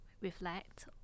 reflect